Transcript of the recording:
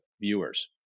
viewers